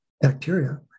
bacteria